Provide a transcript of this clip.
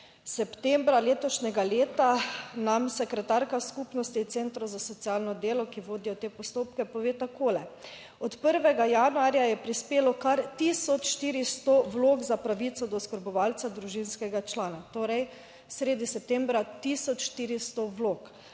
septembra letošnjega leta nam sekretarka Skupnosti centrov za socialno delo, ki vodijo te postopke, pove takole: od 1. januarja je prispelo kar 1400 vlog za pravico do oskrbovalca družinskega člana. Torej sredi septembra 1400 vlog,